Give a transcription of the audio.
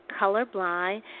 Colorblind